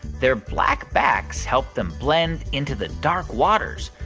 their black backs help them blend into the dark waters,